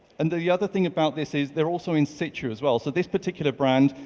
and the other thing about this is they're also in situ as well. so this particular brand,